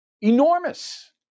enormous